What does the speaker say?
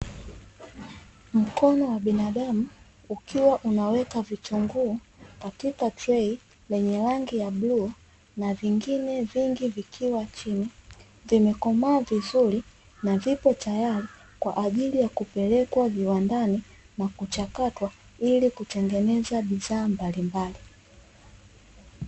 Mkono wa binadamu, ukiwa unaweka vitunguu katika trei lenye rangi ya bluu, na vingine vingi vikiwa chini, vimekomaa vizuri, na viko tayari kwa ajili ya kupelekwa viwandani na kuchakatwa, ili kutengeneza bidhaa mbalimbali.